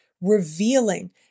revealing